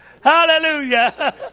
hallelujah